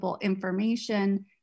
information